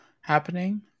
happening